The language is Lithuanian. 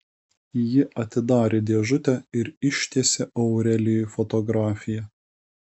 ji atidarė dėžutę ir ištiesė aurelijui fotografiją